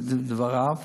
בדבריו,